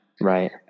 Right